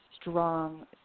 strong